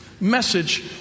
message